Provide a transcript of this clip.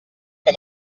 que